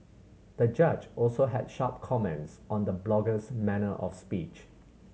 the judge also had sharp comments on the blogger's manner of speech